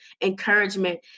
encouragement